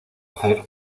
hacer